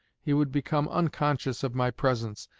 he would become unconscious of my presence,